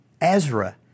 Ezra